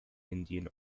indian